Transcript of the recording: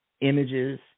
images